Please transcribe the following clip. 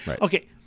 Okay